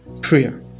Prayer